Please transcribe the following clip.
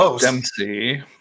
Dempsey